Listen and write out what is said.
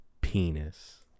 penis